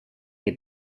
que